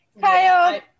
Kyle